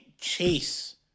chase